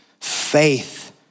faith